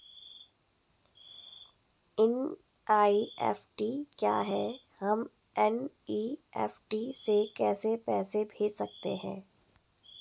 NEFT क्या है हम एन.ई.एफ.टी से कैसे पैसे भेज सकते हैं?